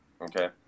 Okay